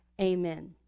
amen